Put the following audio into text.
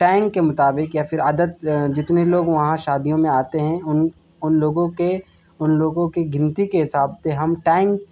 tank کے مطابق یا پھر عدد جتنے لوگ وہاں شادیوں میں آتے ہیں ان ان لوگوں کے ان لوگوں کے گنتی کے حساب سے ہم ٹینک